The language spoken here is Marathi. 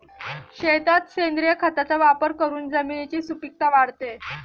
शेतात सेंद्रिय खताचा वापर करून जमिनीची सुपीकता वाढते